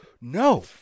No